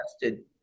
tested